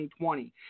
2020